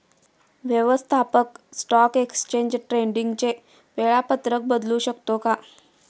व्यवस्थापक stock exchange ट्रेडिंगचे वेळापत्रक बदलू शकतो का?